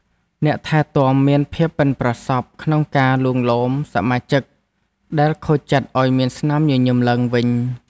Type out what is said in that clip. អ្នកថែទាំមានភាពប៉ិនប្រសប់ក្នុងការលួងលោមសមាជិកដែលខូចចិត្តឱ្យមានស្នាមញញឹមឡើងវិញ។